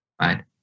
Right